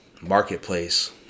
marketplace